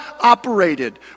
operated